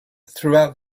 throughout